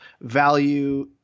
value